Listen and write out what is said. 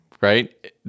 right